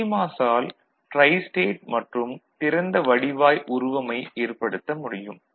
CMOS ஆல் tristate மற்றும் திறந்த வடிவாய் உருவமை ஏற்படுத்த முடியும்